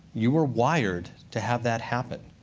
you were wired to have that happen.